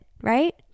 right